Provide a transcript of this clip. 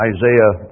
Isaiah